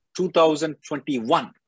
2021